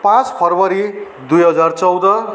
पाँच फरवरी दुई हजार चौध